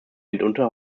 mitunter